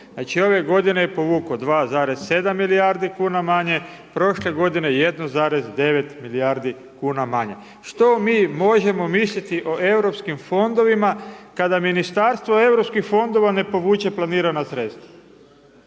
znači ove godine je povuko 2,7 milijardi kuna manje, prošle 1,9 milijardi kuna manje, što mi možemo misliti o EU fondovima kada Ministarstvo EU fondova ne povuče planirana sredstava.